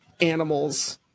animals